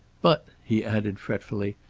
but, he added fretfully,